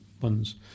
one's